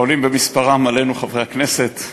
העולים במספרם עלינו, חברי הכנסת,